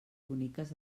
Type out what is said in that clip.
boniques